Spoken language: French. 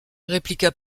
répliqua